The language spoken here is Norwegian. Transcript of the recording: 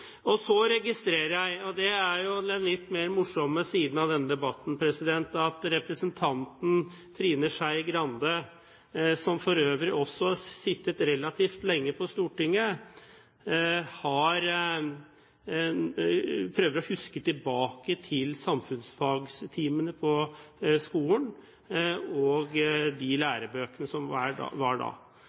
for. Så registrerer jeg – og det er jo den litt mer morsomme siden av denne debatten – at representanten Trine Skei Grande, som for øvrig også har sittet relativt lenge på Stortinget, prøver å huske tilbake til samfunnsfagstimene på skolen, og de lærebøkene som var da.